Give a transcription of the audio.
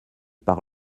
par